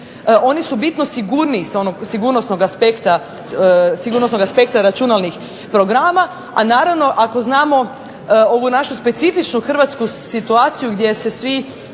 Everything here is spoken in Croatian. Oni su bitno sigurniji sa onog sigurnosnog aspekta računalnih programa. A naravno ako znamo ovu našu specifičnu hrvatsku situaciju gdje se svi